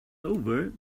over